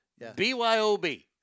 BYOB